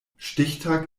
stichtag